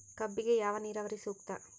ಕಬ್ಬಿಗೆ ಯಾವ ನೇರಾವರಿ ಸೂಕ್ತ?